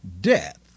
Death